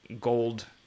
gold